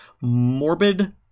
morbid